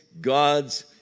God's